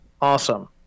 Awesome